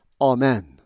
Amen